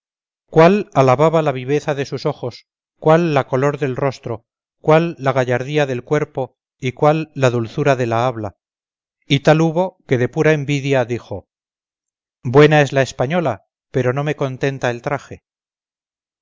cuál acababa la viveza de sus ojos cuál la color del rostro cuál la gallardía del cuerpo y cuál la dulzura de la habla y tal hubo que de pura envidia dijo buena es la española pero no me contenta el traje